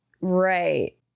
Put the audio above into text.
Right